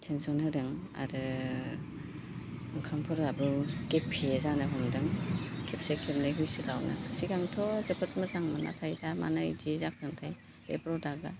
tension होदों आरो ओंखामफोराबो गेफे जानो हमदों खेबसे खेबनै हुइसेलावनो सिगांथ' जोबोद मोजांमोन नाथाय दा मानो बिदि जाखोथाय बे प्रदाखा